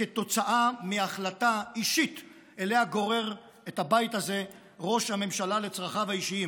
כתוצאה מהחלטה אישית שאליה גורר את הבית הזה ראש הממשלה לצרכיו האישיים.